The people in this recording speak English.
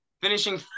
finishing